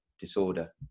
disorder